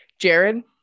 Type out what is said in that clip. Jared